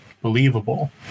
believable